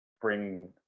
bring